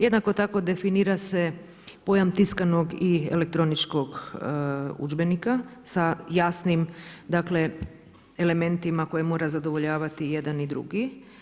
Jednako tako definira se pojam tiskanog i elektroničkog udžbenika sa jasnim elementima koje mora zadovoljavati jedan i drugi.